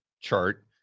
chart